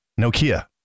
Nokia